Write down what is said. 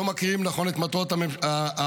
לא מכירים נכון את מטרות המלחמה,